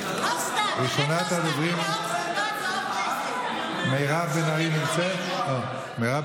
לא סתם אנחנו לפני תשעה באב והמדינה נראית כמו